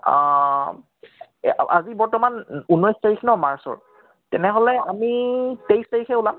এ আজি বৰ্তমান ঊনৈছ তাৰিখ ন মাৰ্চৰ তেনেহ'লে আমি তেইছ তাৰিখে ওলাম